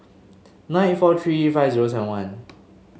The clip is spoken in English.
nine eight four three five zero seven one